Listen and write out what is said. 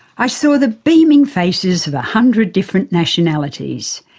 i saw the beaming faces of a hundred different nationalities.